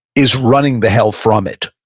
is running the hell from it.